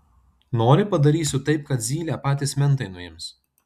nori padarysiu taip kad zylę patys mentai nuims